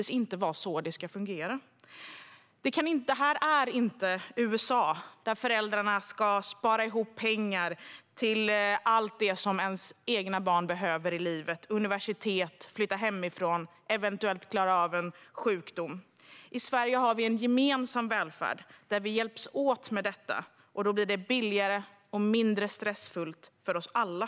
Sverige är inte USA, där föräldrarna ska spara ihop pengar till allt det som deras egna barn behöver i livet - universitet, flytta hemifrån, eventuellt klara av en sjukdom. I Sverige har vi en gemensam välfärd där vi hjälps åt med detta. Då blir det billigare och mindre stressfullt för oss alla.